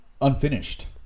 unfinished